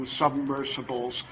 submersibles